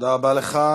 תודה רבה לך.